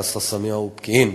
כסרא-סמיע ופקיעין,